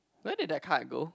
where did the card go